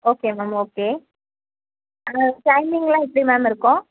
okay ma'am okay ஆனால் டைமிங்குலாம் எப்படி மேம் இருக்கும்